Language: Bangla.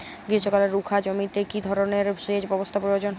গ্রীষ্মকালে রুখা জমিতে কি ধরনের সেচ ব্যবস্থা প্রয়োজন?